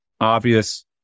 Obvious